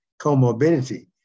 Comorbidity